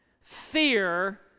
Fear